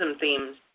themes